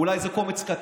אולי איזה קומץ קטן.